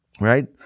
right